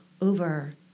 over